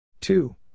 two